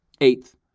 Eighth